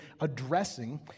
addressing